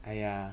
!aiya!